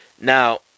Now